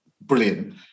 brilliant